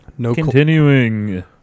Continuing